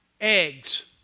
eggs